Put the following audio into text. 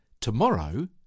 Tomorrow